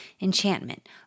*Enchantment